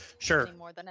Sure